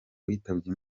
witabye